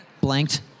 Blanked